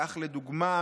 כך לדוגמה,